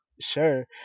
sure